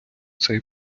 цей